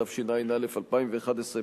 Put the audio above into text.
התשע"א 2011,